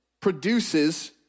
produces